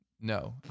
No